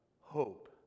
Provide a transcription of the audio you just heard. hope